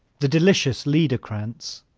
the delicious liederkranz,